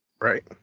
Right